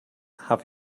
have